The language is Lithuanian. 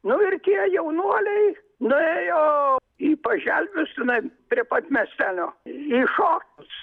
nu ir tie jaunuoliai nuėjo į paželvius na prie pat miestelio į šonus